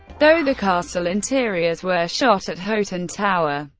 though the castle interiors were shot at hoghton tower.